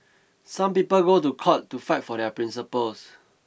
some people go to court to fight for their principles